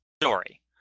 story